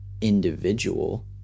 individual